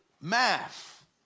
math